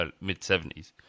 mid-70s